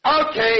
Okay